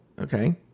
okay